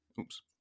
Oops